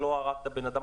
לא הרגת בן אדם,